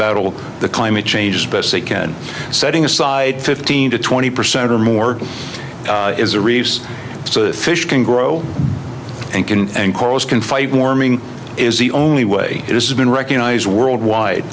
battle the climate change as best they can setting aside fifteen to twenty percent or more is a reefs so the fish can grow and can and corals can fight warming is the only way it has been recognized worldwide